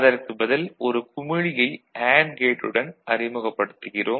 அதற்குப் பதில் ஒரு குமிழியை அண்டு கேட்டுடன் அறிமுகப்படுத்துகிறோம்